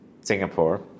Singapore